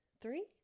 three